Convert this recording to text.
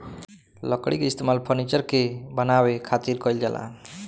लकड़ी के इस्तेमाल फर्नीचर के बानवे खातिर कईल जाला